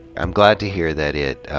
i'm g lad to hear that it,